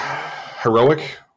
heroic